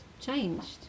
changed